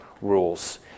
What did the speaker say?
rules